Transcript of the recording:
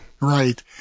Right